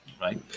right